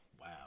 Wow